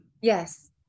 Yes